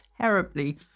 terribly